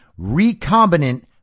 recombinant